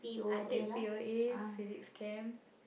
I take P_O_A physics chem